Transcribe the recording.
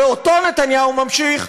ואותו נתניהו ממשיך,